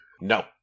No